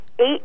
Eight